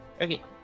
Okay